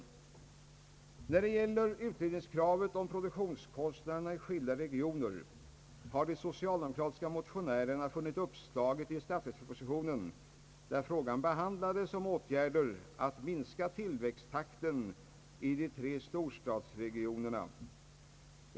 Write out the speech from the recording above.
Uppslaget till utredningskravet om produktionskostnaderna i skilda regioner har de socialdemokratiska motionärerna funnit i statsverkspropositionen, där frågan behandlas om åtgärder att minska tillväxttakten i de tre storstadsregionerna.